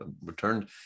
returned